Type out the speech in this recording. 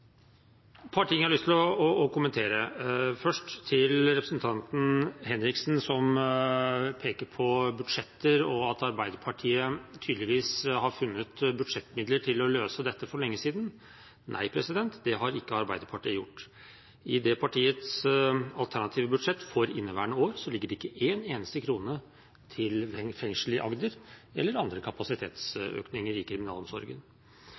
par ting jeg har lyst til å kommentere. Først til representanten Henriksen, som peker på budsjetter og at Arbeiderpartiet tydeligvis har funnet budsjettmidler til å løse dette for lenge siden. Nei, det har ikke Arbeiderpartiet gjort. I partiets alternative budsjett for inneværende år ligger det ikke én eneste krone til fengselet i Agder eller til andre kapasitetsøkninger i kriminalomsorgen.